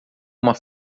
uma